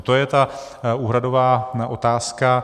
To je ta úhradová otázka.